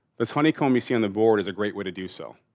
that's honeycomb you see on the board is a great way to do so.